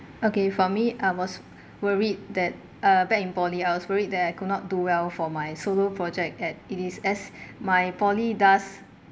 okay for me I was worried that uh back in poly I was worried that I could not do well for my solo project at it is as my poly does